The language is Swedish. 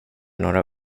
några